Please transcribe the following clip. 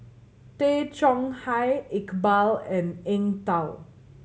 Tay Chong Hai Iqbal and Eng Tow